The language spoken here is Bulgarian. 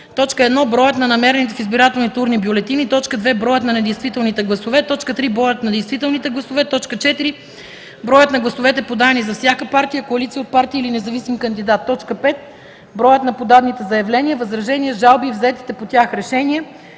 1. броят на намерените в избирателните урни бюлетини; 2. броят на недействителните гласове; 3. броят на действителните гласове; 4. броят на гласовете, подадени за всяка партия, коалиция от партии или независим кандидат; 5. броят на подадените заявления, възражения, жалби и взетите по тях решения.